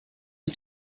die